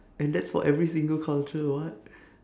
and that's for every single culture what